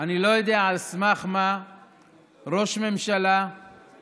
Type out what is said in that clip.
אני לא יודע על סמך מה ראש ממשלה ושר,